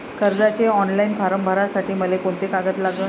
कर्जाचे ऑनलाईन फारम भरासाठी मले कोंते कागद लागन?